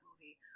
movie